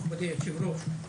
מכובדי יושב-הראש,